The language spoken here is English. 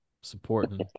supporting